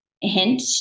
hint